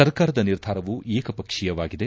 ಸರ್ಕಾರದ ನಿರ್ಧಾರವು ಏಕಪಕ್ಷೀಯವಾಗಿದೆ